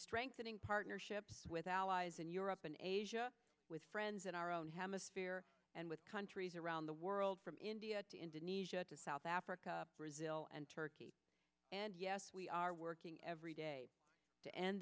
strengthening partnerships with allies in europe in asia with friends in our own hemisphere and with countries around the world from india to indonesia to south africa brazil and turkey and yes we are working every day to end